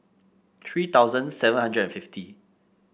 three thousand seven hundred fifty